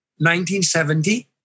1970